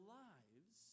lives